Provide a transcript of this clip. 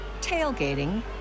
tailgating